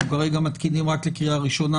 אנחנו כרגע מתקינים רק לקריאה ראשונה,